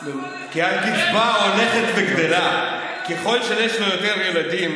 הקצבה הולכת וגדלה ככל שיש לו יותר ילדים,